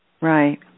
Right